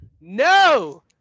No